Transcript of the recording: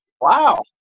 Wow